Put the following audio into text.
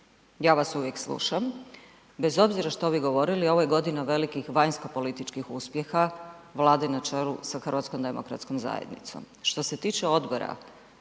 ja vas uvijek slušam, bez obzira što vi govorili, ovo je godina velikih vanjsko političkih uspjela Vlade na čelu sa HDZ-om. Što se tiče